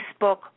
Facebook